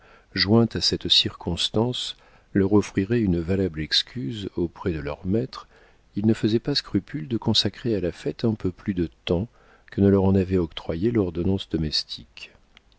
jointe à cette circonstance leur offrirait une valable excuse auprès de leurs maîtres ils ne faisaient pas scrupule de consacrer à la fête un peu plus de temps que ne leur en avait octroyé l'ordonnance domestique